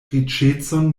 riĉecon